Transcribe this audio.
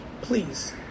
please